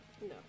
No